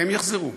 הם יחזרו,